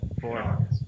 four